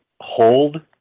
hold